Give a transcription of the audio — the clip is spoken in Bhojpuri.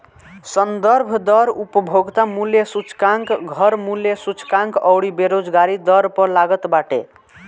संदर्भ दर उपभोक्ता मूल्य सूचकांक, घर मूल्य सूचकांक अउरी बेरोजगारी दर पअ लागत बाटे